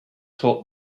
taught